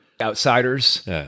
outsiders